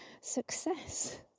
success